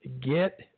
get